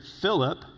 Philip